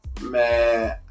man